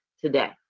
today